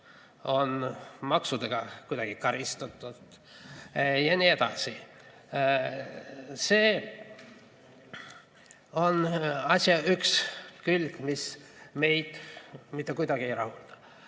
on maksudega kuidagi karistatud, ja nii edasi. See on asja üks külg, mis meid mitte kuidagi ei rahulda. Kuid